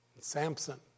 Samson